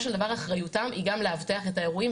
של דבר אחריותם היא גם לאבטח את האירועים,